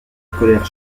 colère